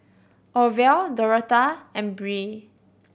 Orvel Dorotha and Brea